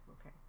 Okay